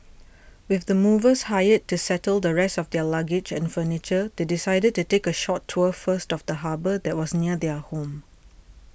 with the movers hired to settle the rest of their luggage and furniture they decided to take a short tour first of the harbour that was near their home